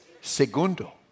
Segundo